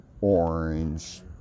orange